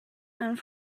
and